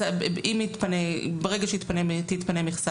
ברגע שתתפנה מכסה,